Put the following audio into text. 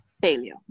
failure